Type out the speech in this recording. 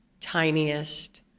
tiniest